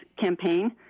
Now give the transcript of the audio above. campaign